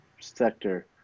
sector